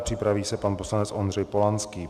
Připraví se pan poslanec Ondřej Polanský.